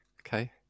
Okay